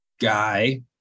guy